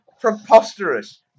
preposterous